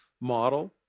model